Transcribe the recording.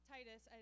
Titus